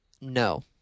No